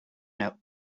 note